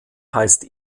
heißt